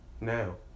Now